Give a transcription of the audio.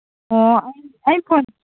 ꯑꯣ ꯑꯩ ꯐꯣꯟ